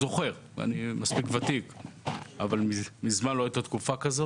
אבל אני אומר לכם